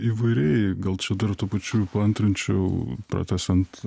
įvairiai gal čia dar tuo pačiu paantrinčiau pratęsiant